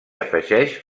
afegeix